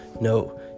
no